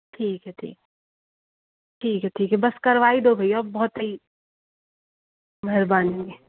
ठीक है ठीक ठीक है ठीक है बस करवा ही दो भैया बहुत ही मेहरबानी